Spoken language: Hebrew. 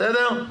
בסדר?